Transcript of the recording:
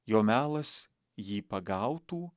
jo melas jį pagautų